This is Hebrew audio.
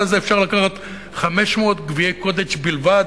הזה אפשר לקחת 500 גביעי "קוטג'" בלבד,